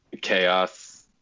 chaos